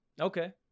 okay